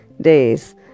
days